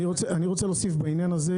אני רוצה להוסיף בעניין הזה